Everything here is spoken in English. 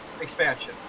expansion